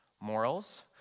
morals